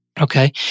Okay